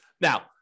Now